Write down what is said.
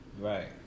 right